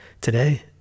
Today